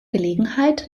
gelegenheit